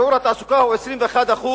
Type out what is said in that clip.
שיעור התעסוקה הוא 21%,